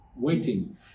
waiting